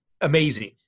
amazing